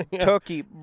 Turkey